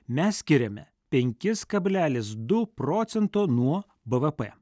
mes skiriame penkis kablelis du procento nuo bvp